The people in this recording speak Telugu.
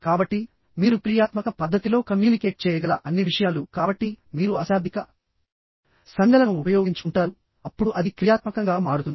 కాబట్టిమీరు క్రియాత్మక పద్ధతిలో కమ్యూనికేట్ చేయగల అన్ని విషయాలు కాబట్టి మీరు అశాబ్దిక సంజ్ఞలను ఉపయోగించుకుంటారు అప్పుడు అది క్రియాత్మకంగా మారుతుంది